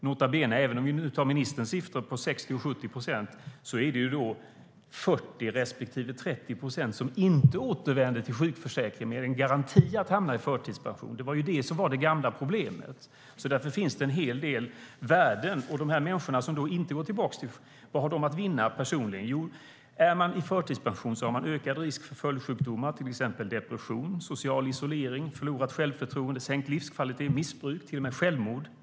Nota bene att även om vi tar ministerns siffror på 60 och 70 procent innebär det 40 respektive 30 procent som inte återvänder till sjukförsäkringen med en garanti att hamna i förtidspension. Det var det gamla problemet. Därför finns det en hel del värden. Vad har de människor som inte går tillbaka att vinna personligen? Om de förtidspensioneras får de ökad risk för följdsjukdomar, till exempel depression, social isolering, förlorat självförtroende, sänkt livskvalitet, missbruk, till och med självmord.